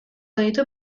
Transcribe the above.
ditu